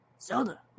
Zelda